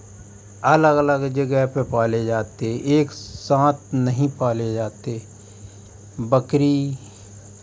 अलग अलग जगह पे पाले जाते एक साथ नहीं पाले जाते बकरी